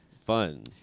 fun